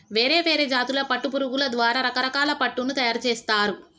వేరే వేరే జాతుల పట్టు పురుగుల ద్వారా రకరకాల పట్టును తయారుచేస్తారు